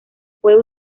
puede